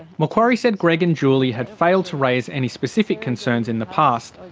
macquarie said greg and julie had failed to raise any specific concerns in the past,